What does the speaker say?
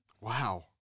Wow